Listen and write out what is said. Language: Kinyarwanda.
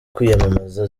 kwiyamamaza